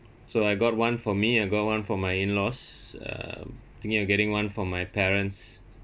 so I got one for me I got one for my in-laws um thinking of getting one for my parents